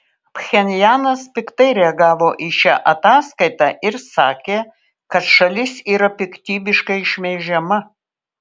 pchenjanas piktai reagavo į šią ataskaitą ir sakė kad šalis yra piktybiškai šmeižiama